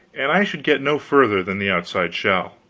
and i should get no further than the outside shell.